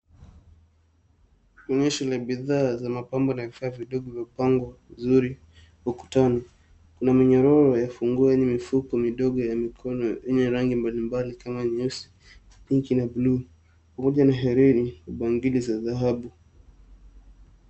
Onyeshi la bidhaa za mapambo na vifaa vidogo vimepangwa vizuri ukutani. Kuna minyororo ya funguo yenye mifuko midogo ya mikono yenye rangi mbali mbali kama vile nyeusi, pink , na blue , pamoja na herini, bangili za dhahabu.